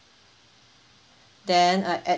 then uh at